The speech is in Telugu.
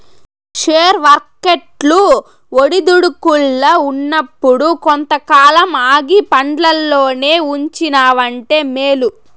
షేర్ వర్కెట్లు ఒడిదుడుకుల్ల ఉన్నప్పుడు కొంతకాలం ఆగి పండ్లల్లోనే ఉంచినావంటే మేలు